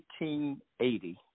1880